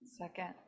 Second